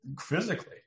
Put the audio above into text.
physically